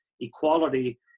equality